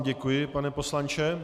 Děkuji vám, pane poslanče.